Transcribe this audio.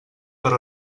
per